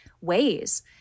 ways